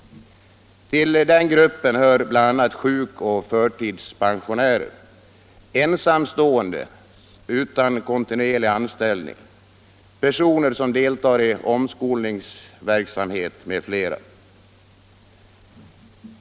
Till den gruppen hör bl.a. sjukoch förtidspensionärer, ensamstående utan kontinuerlig anställning, personer som deltar i omskolningsverksamhet m.fl.